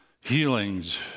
healings